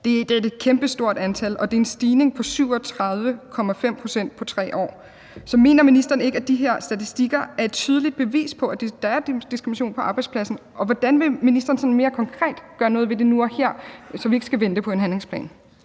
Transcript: Det er et kæmpestort antal, og det er en stigning på 37,5 pct. på 3 år. Så mener ministeren ikke, at de her statistikker er et tydeligt bevis på, at der er diskrimination på arbejdspladsen? Og hvordan vil ministeren sådan mere konkret gøre noget ved det nu og her, så vi ikke skal vente på en handlingsplan?